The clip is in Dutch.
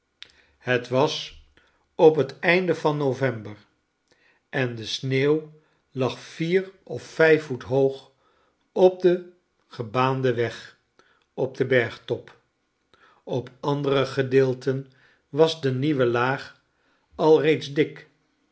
het was op het einde van november en de sneeuw lag vier of vijf voet hoog op den gebaanden weg op den bergtop op andere gedeelten was de nieuwe laag alreeds dik